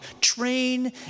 Train